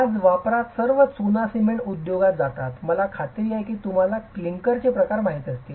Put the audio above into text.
आज वापरात सर्व चुना सिमेंट उद्योगात जातात मला खात्री आहे की तुम्हाला क्लिंकरचे प्रकार माहित असतील